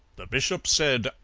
the bishop said,